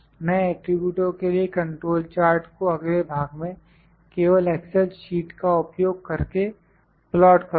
मैं एट्रिब्यूटओं के लिए कंट्रोल चार्ट को अगले भाग में केवल एक्सेल शीट का उपयोग करके प्लाट करूँगा